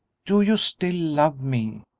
do you still love me?